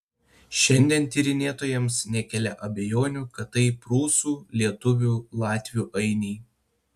šiandien tyrinėtojams nekelia abejonių kad tai prūsų lietuvių latvių ainiai